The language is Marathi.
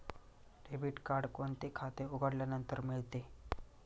डेबिट कार्ड कोणते खाते उघडल्यानंतर मिळते?